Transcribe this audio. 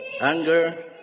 anger